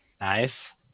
Nice